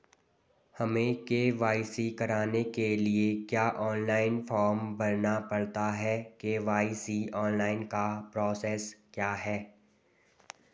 हमें के.वाई.सी कराने के लिए क्या ऑनलाइन फॉर्म भरना पड़ता है के.वाई.सी ऑनलाइन का प्रोसेस क्या है?